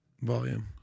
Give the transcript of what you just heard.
Volume